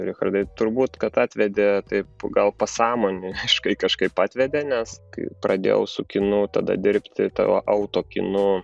richardai turbūt kad atvedė taip gal pasąmonė jį kažkaip atvedė nes kai pradėjau su kinu tada dirbti tuo autokinu